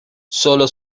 sólo